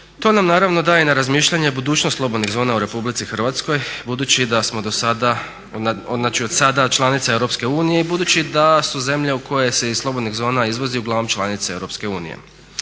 To nam naravno daje na razmišljanje budućnost slobodnih zona u RH budući da smo odsada znači članica EU i budući da su zemlje u koje se iz slobodnih zona izvozi uglavnom članice EU. O tome